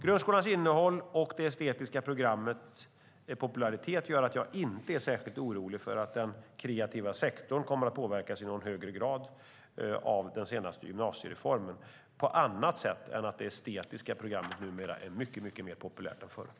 Grundskolans innehåll och det estetiska programmets popularitet gör att jag inte är särskilt orolig för att den kreativa sektorn kommer att påverkas i någon högre grad av den senaste gymnasiereformen på annat sätt än att det estetiska programmet numera är mycket populärare än förut.